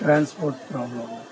transport problem